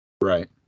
right